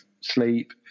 sleep